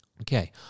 Okay